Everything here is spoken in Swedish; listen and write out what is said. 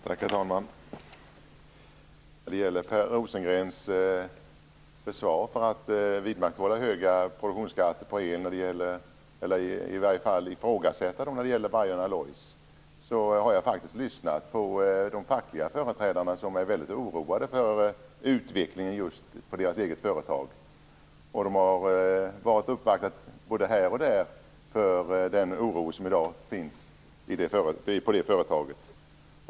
Herr talman! När det gäller Per Rosengrens försvar för att vidmakthålla höga produktionsskatter på el, eller i varje fall ifrågasätta dem för Vargön Alloys, har jag lyssnat på de fackliga företrädarna. De är väldigt oroade för utvecklingen just på deras eget företag, och de har uppvaktat både här och där på grund av den oro som i dag finns på det företaget.